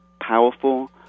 powerful